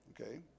Okay